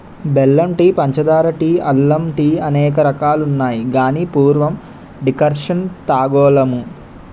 బెల్లం టీ పంచదార టీ అల్లం టీఅనేక రకాలున్నాయి గాని పూర్వం డికర్షణ తాగోలుము